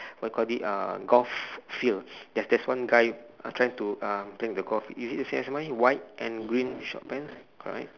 what you call it uh golf field there's there's one guy trying to uh play the golf is it same as mine white and green short pants correct